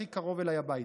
הכי קרוב אליי הביתה.